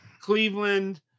Cleveland